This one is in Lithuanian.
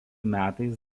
metais